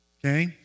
Okay